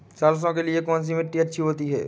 सरसो के लिए कौन सी मिट्टी अच्छी होती है?